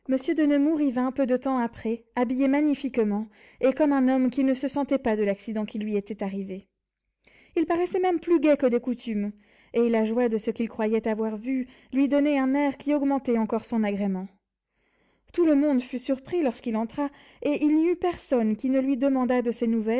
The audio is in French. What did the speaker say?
monsieur de nemours y vint peu de temps après habillé magnifiquement et comme un homme qui ne se sentait pas de l'accident qui lui était arrivé il paraissait même plus gai que de coutume et la joie de ce qu'il croyait avoir vu lui donnait un air qui augmentait encore son agrément tout le monde fut surpris lorsqu'il entra et il n'y eut personne qui ne lui demandât de